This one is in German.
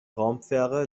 raumfähre